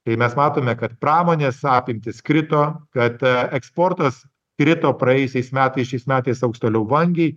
kai mes matome kad pramonės apimtys krito kad a eksportas krito praėjusiais metais šiais metais augs toliau vangiai